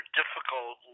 difficult